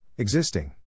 Existing